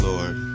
Lord